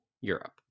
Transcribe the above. Europe